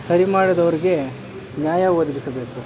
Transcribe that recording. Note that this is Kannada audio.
ಸರಿ ಮಾಡ್ದವ್ರಿಗೆ ನ್ಯಾಯ ಒದಗಿಸಬೇಕು